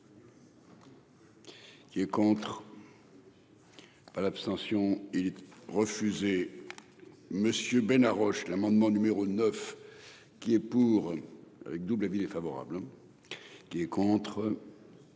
Qui est contre.